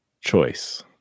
choice